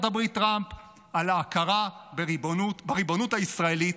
הברית טראמפ על ההכרה בריבונות הישראלית